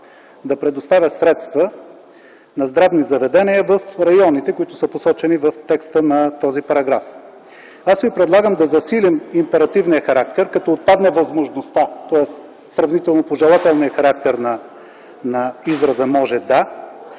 да предоставя средства на здравни заведения в районите, които са посочени в текста на този параграф. Аз ви предлагам да засилим императивния характер като отпадне възможността, тоест сравнително пожелателния характер на израза „може да”,